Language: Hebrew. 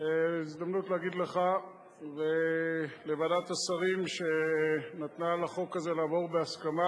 הזדמנות להגיד לך ולוועדת השרים שנתנה לחוק הזה לעבור בהסכמה,